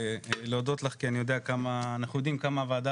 להודות לך כי אנחנו יודעים כמה הוועדה